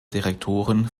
direktoren